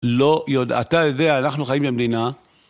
לא, אתה יודע, אנחנו חיים במדינה.